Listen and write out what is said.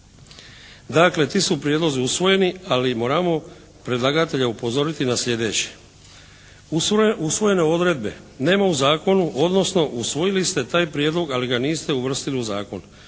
Dakle, ti su prijedlozi usvojeni, ali moramo predlagatelja upozoriti na sljedeće. Usvojene odredbe nema u zakonu, odnosno usvojili ste taj prijedlog, ali ga niste uvrstili u zakon,